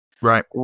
Right